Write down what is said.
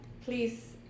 please